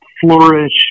flourish